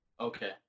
Okay